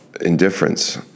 indifference